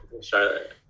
Charlotte